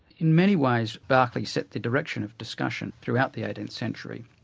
in many ways berkeley set the direction of discussion throughout the eighteenth century,